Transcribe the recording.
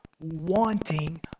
wanting